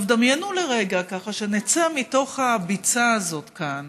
דמיינו לרגע שנצא מתוך הביצה הזאת כאן